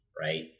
right